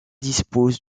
dispose